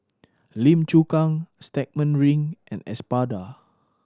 Lim Chu Kang Stagmont Ring and Espada